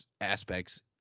aspects